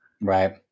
Right